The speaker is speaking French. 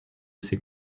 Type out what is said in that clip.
ces